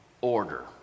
order